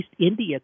India